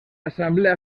asamblea